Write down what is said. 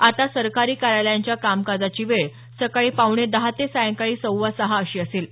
आता सरकारी कार्यालयांच्या कामकाजाची वेळ सकाळी पावणे दहा ते सायंकाळी सव्वा सहा अशी असेल